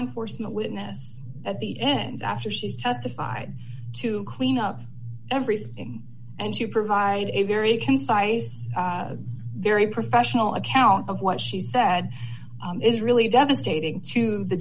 enforcement witness at the end after she testified to clean up everything and to provide a very concise very professional account of what she said is really devastating to the